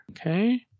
Okay